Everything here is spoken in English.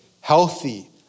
Healthy